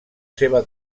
seva